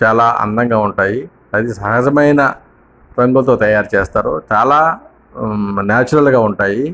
చాలా అందంగా ఉంటాయి అది సహజమైన బెండుల్తో తయారుచేస్తారు చాలా న్యాచురల్గా ఉంటాయి